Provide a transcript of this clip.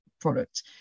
product